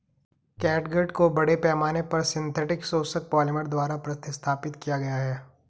catgut को बड़े पैमाने पर सिंथेटिक शोषक पॉलिमर द्वारा प्रतिस्थापित किया गया है